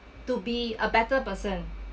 to be a better person